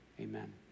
amen